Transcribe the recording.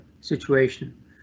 situation